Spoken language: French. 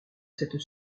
cette